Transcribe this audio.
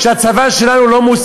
אתה מדבר שטויות.